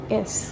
Yes